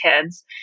kids